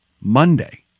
Monday